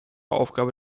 aufgabe